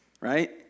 Right